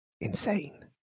insane